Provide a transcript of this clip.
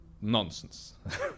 nonsense